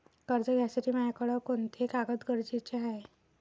कर्ज घ्यासाठी मायाकडं कोंते कागद गरजेचे हाय?